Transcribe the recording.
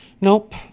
Nope